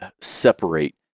separate